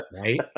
right